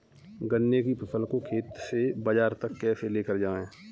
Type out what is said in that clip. गन्ने की फसल को खेत से बाजार तक कैसे लेकर जाएँ?